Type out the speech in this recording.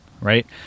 right